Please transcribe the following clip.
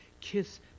kiss